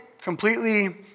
completely